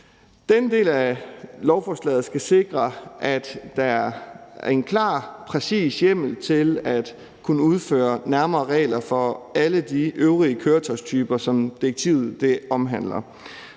Den del af lovforslaget skal sikre, at der er en klar, præcis hjemmel til at kunne indføre nærmere regler for alle de øvrige køretøjstyper, som direktivet omhandler.